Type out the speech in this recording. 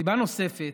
סיבה נוספת: